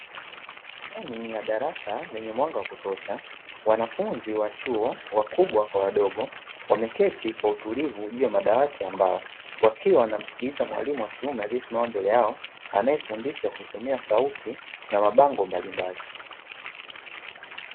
Ndani ya darasa lenye mwanga wa kutosha, wanafunzi wa chuo wakubwa kwa wadogo wameketi kwa utulivu juu ya madawati ya mbao, wakiwa wanamsikiliza mwalimu wa kiume, aliyesimama mbele yao, anayefundisha kwa kutumia sauti na mabango mbalimbali.